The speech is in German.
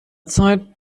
zeit